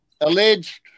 alleged